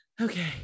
okay